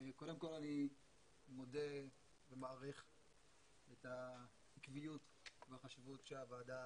קודם כל אני מודה ומעריך את העקביות והחשיבות שהוועדה